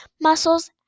muscles